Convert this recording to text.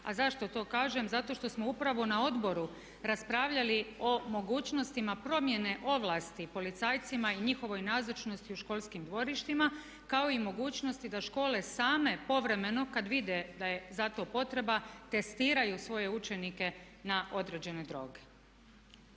A zašto to kažem? Zato što smo upravo na odboru raspravljali o mogućnostima promjene ovlasti policajcima i njihovoj nazočnosti u školskim dvorištima kao i mogućnosti da škole same povremeno kad vide da je za to potreba testiraju svoje učenike na određene droge.